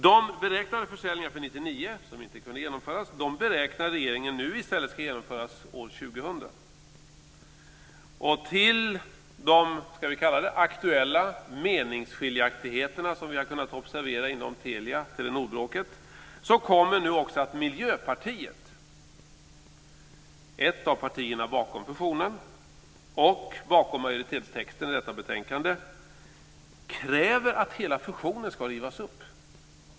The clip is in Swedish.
De beräknade försäljningar som inte kunde genomföras under 1999 beräknar regeringen nu ska genomföras år 2000 i stället. Till de aktuella meningsskiljaktigheterna som vi har kunnat observera i Telia-Telenor-bråket kommer nu också att Miljöpartiet, ett av partierna bakom fusionen och bakom majoritetstexten i detta betänkande, kräver att hela fusionen ska rivas upp.